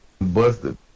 busted